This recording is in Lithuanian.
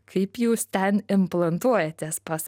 kaip jūs ten implantuojatės pas